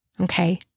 Okay